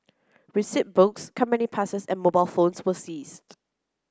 receipt books company passes and mobile phones were seized